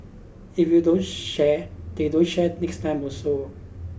if you don't share they don't share next time also